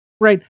right